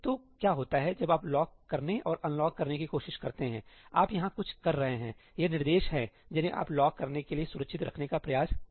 तो क्या होता है जब आप लॉक करने और अनलॉक करने की कोशिश करते हैं सही आप यहां कुछ कर रहे हैंये निर्देश हैं जिन्हें आप लॉक करने के लिए सुरक्षित रखने का प्रयास कर रहे हैं